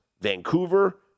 Vancouver